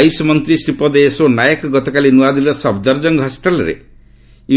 ଆୟୁଷ ମନ୍ତ୍ରୀ ଶ୍ରୀପଦ ୟେଶୋ ନାୟକ ଗତକାଲି ନୂଆଦିଲ୍ଲୀର ସଫଦର୍ଜଙ୍ଗ ହସ୍କିଟାଲ୍ରେ